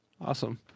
Awesome